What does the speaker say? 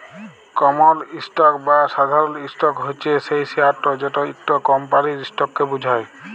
কমল stock বা সাধারল stock হছে সেই শেয়ারট যেট ইকট কমপালির ইসটককে বুঝায়